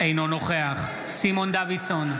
אינו נוכח סימון דוידסון,